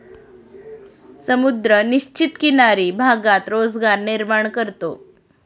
समुद्र निश्चित किनारी भागात रोजगार निर्माण करतो